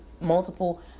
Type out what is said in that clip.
multiple